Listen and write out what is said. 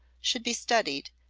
should be studied,